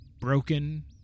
broken